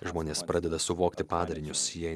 žmonės pradeda suvokti padarinius jei